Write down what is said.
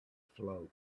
float